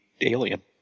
alien